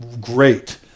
great